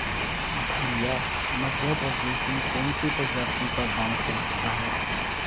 भैया मध्य प्रदेश में कौन सी प्रजाति का बांस होता है?